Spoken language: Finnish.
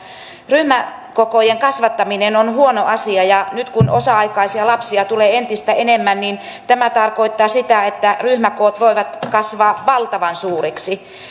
ryhmäkokojen kasvattaminen on huono asia ja nyt kun osa aikaisia lapsia tulee entistä enemmän niin tämä tarkoittaa sitä että ryhmäkoot voivat kasvaa valtavan suuriksi